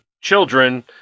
children